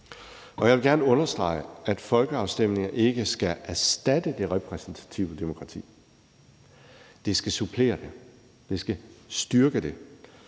Jeg vil gerne understrege, at folkeafstemninger ikke skal erstatte det repræsentative demokrati. Det skal supplere det, og det skal styrke det.